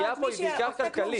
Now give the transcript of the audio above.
הפגיעה פה היא בעיקר כלכלית.